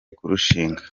kurushinga